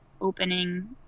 opening